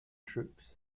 troops